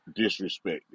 disrespected